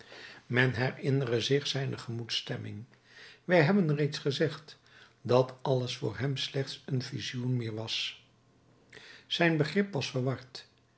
men herinnere zich zijn gemoedsstemming wij hebben reeds gezegd dat alles voor hem slechts een visioen meer was zijn begrip was verward